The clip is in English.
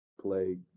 play